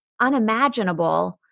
unimaginable